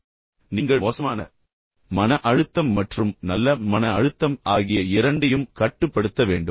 இப்போது நீங்கள் மோசமான மன அழுத்தம் மற்றும் நல்ல மன அழுத்தம் ஆகிய இரண்டையும் கட்டுப்படுத்த வேண்டும்